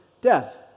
death